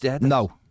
No